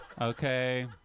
Okay